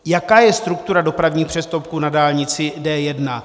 Jaká je struktura dopravních přestupků na dálnici D1?